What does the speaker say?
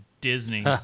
Disney